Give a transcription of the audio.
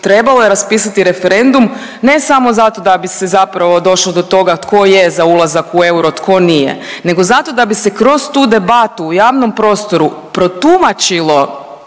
trebalo je raspisati referendum ne samo zato da bi se zapravo došlo do toga tko je za ulazak u euro tko nije, nego zato da bi se kroz tu debatu u javnom prostoru protumačilo